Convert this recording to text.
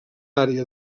àrea